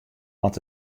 want